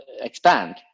expand